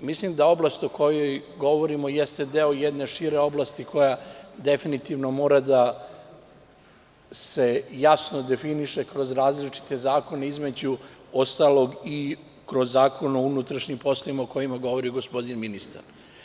mislim da oblast o kojoj govorimo jeste deo jedne šire oblasti koja definitivno mora da se jasno definiše kroz različite zakone, između ostalog i kroz Zakon o unutrašnjim poslovima, o kome govori gospodin ministar.